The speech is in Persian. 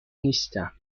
نیستم